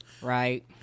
right